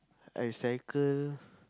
I cycle